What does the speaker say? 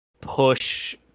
push